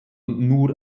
nur